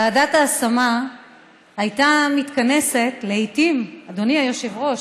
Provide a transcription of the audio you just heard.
ועדת ההשמה הייתה מתכנסת לעיתים, אדוני היושב-ראש,